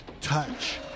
touch